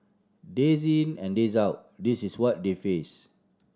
days in and days out this is what they face